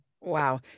Wow